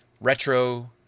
retro